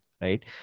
right